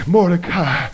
Mordecai